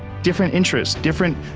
different interests, different,